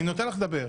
אני נותן לך לדבר.